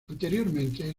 anteriormente